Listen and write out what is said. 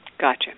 Gotcha